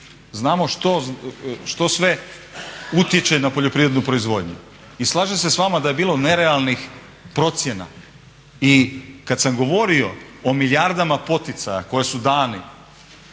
Znamo što sve utječe na poljoprivrednu proizvodnju i slažem se s vama da je bilo nerealnih procjena. I kada sam govorio o milijardama poticaja koji su dani